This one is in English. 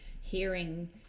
hearing